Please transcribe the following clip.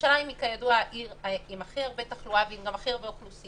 ירושלים היא כידוע העיר עם הכי הרבה תחלואה וגם עם הכי הרבה אוכלוסייה.